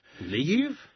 Leave